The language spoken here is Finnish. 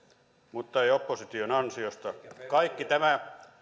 mutta ei opposition ansiosta kaikki tämä